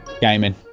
Gaming